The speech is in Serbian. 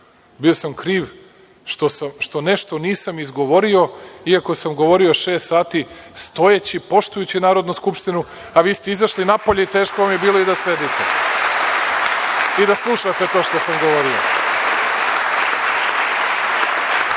Bio sam kriv što nešto nisam izgovorio, iako sam govorio šest sati stojeći, poštujući Narodnu skupštinu, a vi ste izašli napolje i teško vam je bilo i da sedite i da slušate to što sam govorio. Kažete